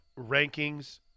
rankings